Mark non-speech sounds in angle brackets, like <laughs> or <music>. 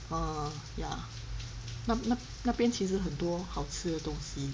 orh ya 那那那边其实很多好吃的东西 <laughs>